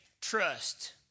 trust